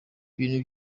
ibintu